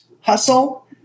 hustle